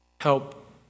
help